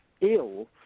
ill